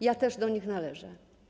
Ja też do nich należę.